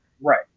Right